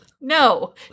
no